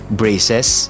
braces